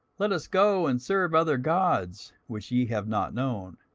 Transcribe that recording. let us go and serve other gods, which ye have not known